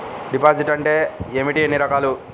Deposit అంటే ఏమిటీ ఎన్ని రకాలు?